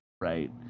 Right